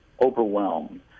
overwhelmed